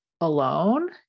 alone